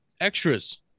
extras